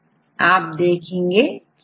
तो आप देखेंगे इस भाग में100 400 तक रेसिड्यू है